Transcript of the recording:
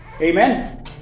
Amen